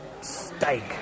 Steak